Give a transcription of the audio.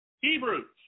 Hebrews